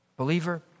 Believer